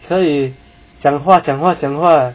可以讲话讲话讲话